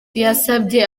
yasabye